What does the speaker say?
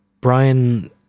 Brian